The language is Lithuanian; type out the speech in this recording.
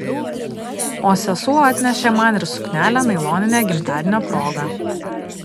o sesuo atnešė man ir suknelę nailoninę gimtadienio proga